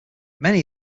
many